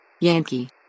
Yankee